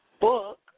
book